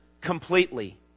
completely